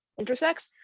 intersex